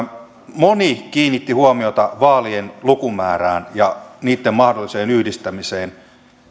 moni kiinnitti huomiota vaalien lukumäärään ja niitten mahdolliseen yhdistämiseen